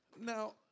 Now